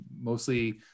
Mostly